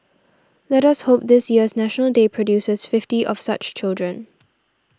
let us hope this year's National Day produces fifty of such children